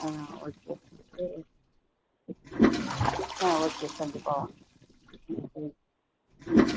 ஆ okay okay சரிங்க ஆ okay கண்டிப்பாக வாங்க ம் ம்